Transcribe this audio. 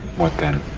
what then?